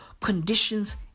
conditions